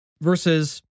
versus